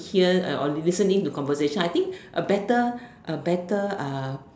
hear or listen in to conversations I think a better a better